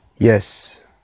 Yes